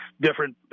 different